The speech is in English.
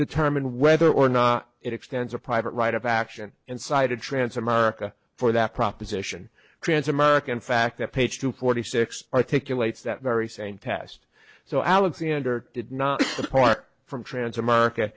determine whether or not it extends a private right of action inside a trance america for that proposition trans american fact that page two forty six articulated that very same test so alexander did not require from trans america